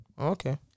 Okay